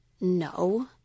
No